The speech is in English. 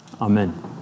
Amen